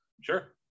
Sure